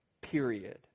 Period